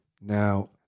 Now